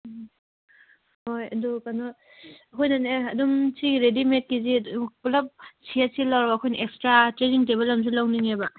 ꯎꯝ ꯍꯣꯏ ꯑꯗꯨ ꯀꯩꯅꯣ ꯑꯩꯈꯣꯏꯅꯅꯦ ꯑꯗꯨꯝ ꯁꯤ ꯔꯦꯗꯤꯃꯦꯠꯀꯤꯁꯤ ꯄꯨꯂꯞ ꯁꯦꯠꯁꯤ ꯂꯧꯔꯒ ꯑꯩꯈꯣꯏꯅ ꯑꯦꯛꯁꯇ꯭ꯔꯥ ꯇꯦꯕꯜ ꯑꯃꯁꯨ ꯂꯧꯅꯤꯡꯉꯦꯕ